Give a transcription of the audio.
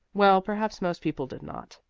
well, perhaps most people did not.